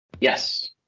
Yes